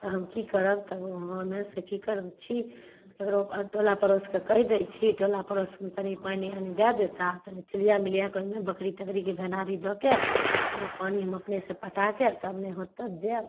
तऽ हम की करब तब हम ओहिमे सऽ की करब छी केकरो टोला पड़ोसके कहि दै छी टोला पड़ोस तनि पानि आनि तनि दै देता तनि तिलिए मिलिएके ओहिमे बकरी तकरीके भेराड़ी दऽके ओहिमे पानि हम अपने से पटाके आ तब नहि होत तऽ जायब